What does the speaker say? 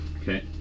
okay